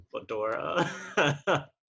fedora